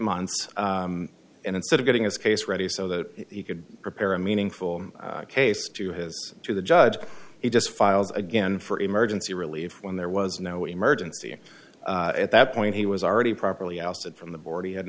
months and instead of getting his case ready so that he could prepare a meaningful case to his to the judge he just filed again for emergency relief when there was no emergency at that point he was already properly ousted from the board he had